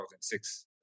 2006